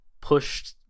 pushed